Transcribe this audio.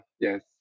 Yes